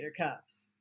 cups